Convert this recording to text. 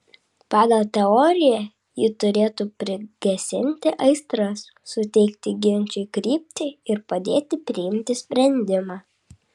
pagal teoriją ji turėtų prigesinti aistras suteikti ginčui kryptį ir padėti priimti sprendimą